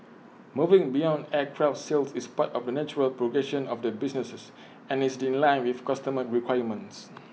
moving beyond aircraft sales is part of the natural progression of the businesses and is in line with customer requirements